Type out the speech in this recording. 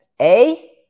A-